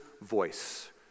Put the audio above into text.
voice